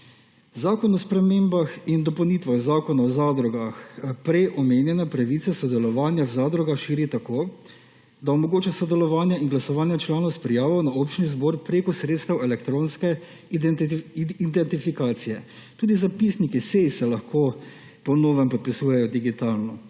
Zakon o spremembah in dopolnitvah Zakona o zadrugah prej omenjene pravice sodelovanja zadrug širi tako, da omogoča sodelovanje in glasovanje članov s prijavo na občini zbor prek sredstev elektronske identifikacije. Tudi zapisniki sej se lahko po novem podpisujejo digitalno.